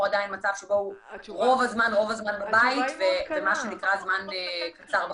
עדיין על מצב שבו הוא רוב הזמן בבית וזמן קצר בחוץ?